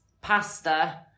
pasta